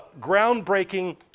groundbreaking